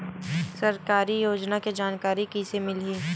सरकारी योजना के जानकारी कइसे मिलही?